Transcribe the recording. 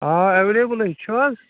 آ اٮ۪وٮ۪لیبٕلَے چھُ آز